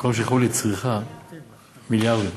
במקום שילכו לצריכה, מיליארדים.